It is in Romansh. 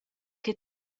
che